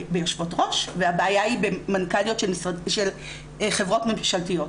הבעיה היא ביושבות-ראש והבעיה היא במנכ"ליות של חברות ממשלתיות.